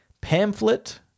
Pamphlet